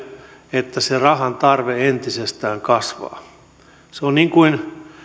että se rahan tarve entisestään kasvaa se on niin kuin